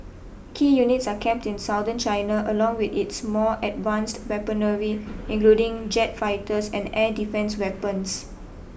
key units are kept in Southern China along with its more advanced weaponry including jet fighters and air defence weapons